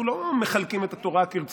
אנחנו לא מחלקים את התורה כרצוננו.